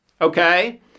Okay